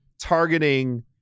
targeting